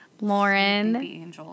Lauren